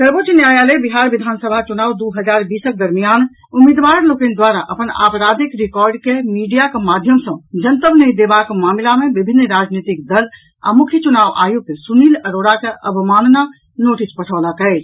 सर्वोच्च न्यायालय बिहार विधान सभा चुनाव दू हजार बीसक दमिरयान उम्मीदवार लोकनि द्वारा अपन आपराधिक रिकॉर्ड के मीडियाक माध्यम सॅ जनतब नहिं देबाक मामिला मे विभिन्न राजनीतिक दल आ मुख्य चुनाव आयुक्त सुनील अरोड़ा के अवमानना नोटिस पठौलक अछि